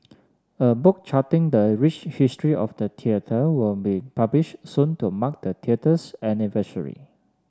a book charting the rich history of the theater will be published soon to mark the theater's anniversary